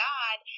God